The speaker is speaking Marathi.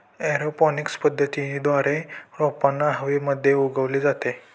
एरोपॉनिक्स पद्धतीद्वारे रोपांना हवेमध्ये उगवले जाते